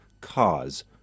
cause